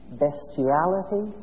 bestiality